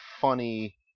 funny